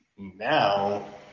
now